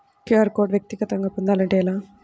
QR code వ్యక్తిగతంగా పొందాలంటే ఎలా?